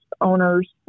owners